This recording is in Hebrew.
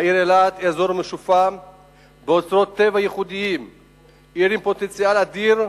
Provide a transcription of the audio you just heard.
העיר אילת, עיר עם פוטנציאל אדיר,